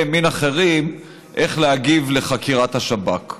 ימין אחרים איך להגיב על חקירת השב"כ.